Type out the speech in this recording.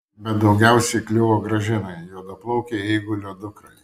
bet daugiausiai kliuvo gražinai juodaplaukei eigulio dukrai